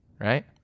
right